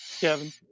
Kevin